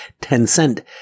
Tencent